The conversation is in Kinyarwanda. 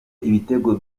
ibitego